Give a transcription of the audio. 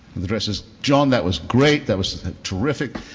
and the director's, john, that was great. that was terrific.